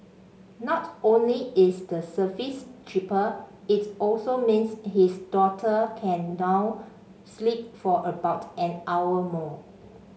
not only is the service cheaper it also means his daughter can now sleep for about an hour more